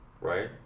Right